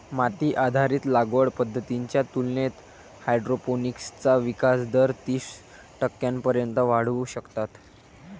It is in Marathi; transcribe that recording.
माती आधारित लागवड पद्धतींच्या तुलनेत हायड्रोपोनिक्सचा विकास दर तीस टक्क्यांपर्यंत वाढवू शकतात